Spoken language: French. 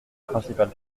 principale